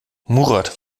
murat